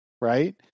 Right